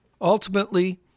Ultimately